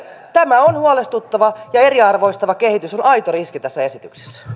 tämä on huolestuttavaa ja eriarvoistava kehitys on aito riski tässä esityksessä